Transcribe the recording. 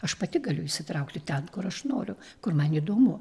aš pati galiu įsitraukti ten kur aš noriu kur man įdomu